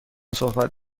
صحبت